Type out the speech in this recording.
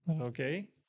Okay